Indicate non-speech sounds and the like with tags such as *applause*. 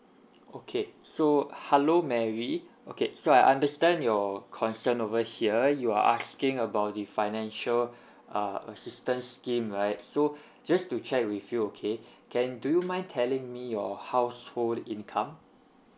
okay so hello mary okay so I understand your concern over here you are asking about the financial *breath* uh assistance scheme right so *breath* just to check with you okay can do you mind telling me your household income